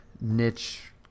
niche